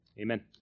Amen